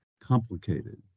complicated